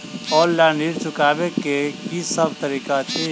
Online ऋण चुकाबै केँ की सब तरीका अछि?